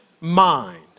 mind